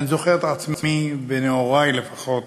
אני זוכר את עצמי, בנעורי לפחות,